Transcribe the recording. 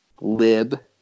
lib